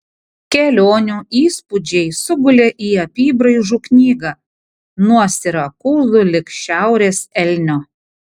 kelionių įspūdžiai sugulė į apybraižų knygą nuo sirakūzų lig šiaurės elnio